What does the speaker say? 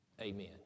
Amen